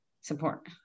support